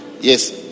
yes